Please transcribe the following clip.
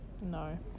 no